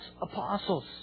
apostles